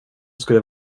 skulle